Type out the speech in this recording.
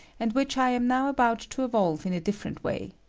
and which i am now about to evolve in a different way.